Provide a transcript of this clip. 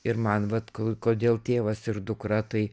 ir man vat kodėl tėvas ir dukra tai